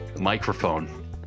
microphone